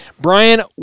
Brian